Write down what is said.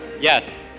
yes